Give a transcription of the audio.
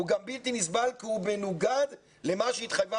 הוא גם בלתי נסבל כי הוא מנוגד למה שהתחייבה